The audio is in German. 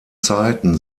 zeiten